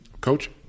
Coach